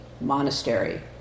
Monastery